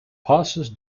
passes